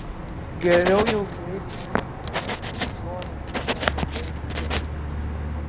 geriau jau kreipkitės į mane ikona negu ei tu